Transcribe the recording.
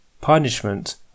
punishment